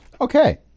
Okay